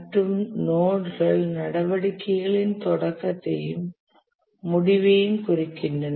மற்றும் நோட்கள் நடவடிக்கைகளின் தொடக்கத்தையும் முடிவையும் குறிக்கின்றன